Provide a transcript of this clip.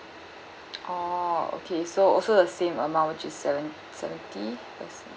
oh okay so also the same amount to seven seventy I see